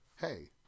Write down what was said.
hey